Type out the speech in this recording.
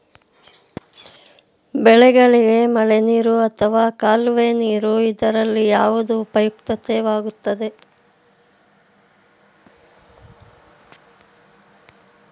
ಬೆಳೆಗಳಿಗೆ ಮಳೆನೀರು ಅಥವಾ ಕಾಲುವೆ ನೀರು ಇದರಲ್ಲಿ ಯಾವುದು ಉಪಯುಕ್ತವಾಗುತ್ತದೆ?